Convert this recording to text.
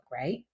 right